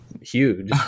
huge